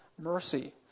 mercy